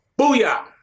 Booyah